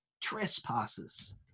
trespasses